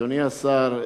אדוני השר,